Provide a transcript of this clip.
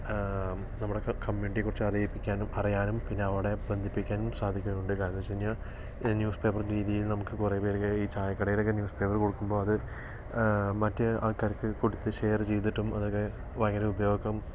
നമ്മുടെ കമ്മ്യൂണിറ്റിയെക്കുറിച്ച് അറിയിപ്പിക്കാനും അറിയാനും പിന്നെ അവിടെ ബന്ധിപ്പിക്കാനും സാധിക്കുന്നുണ്ട് കാരണം എന്തെന്ന് വച്ച് കഴിഞ്ഞാൽ ന്യൂസ് പേപ്പർ രീതിയിൽ നമുക്ക് കുറെ പേർക്ക് ഈ ചായക്കടയിലൊക്കെ ന്യൂസ് പേപ്പർ കൊടുക്കുമ്പോൾ അത് മറ്റ് ആൾക്കാർക്ക് കൊടുത്ത് ഷെയർ ചെയ്തിട്ടും അതൊക്കെ ഭയങ്കര ഉപയോഗം